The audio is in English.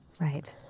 Right